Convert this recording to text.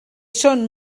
són